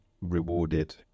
rewarded